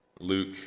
Luke